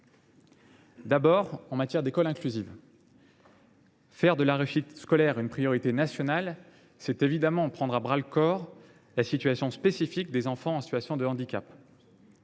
d’abord, en matière d’école inclusive. Faire de la réussite scolaire une priorité nationale, c’est évidemment prendre à bras le corps la situation spécifique des enfants en situation de handicap